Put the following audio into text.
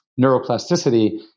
neuroplasticity